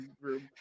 room